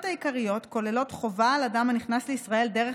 העיקריות כוללות חובה על אדם הנכנס לישראל דרך